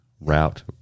route